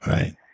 Right